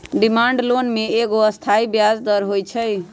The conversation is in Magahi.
डिमांड लोन में एगो अस्थाई ब्याज दर होइ छइ